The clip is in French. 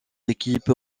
équipe